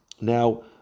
Now